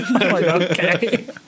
Okay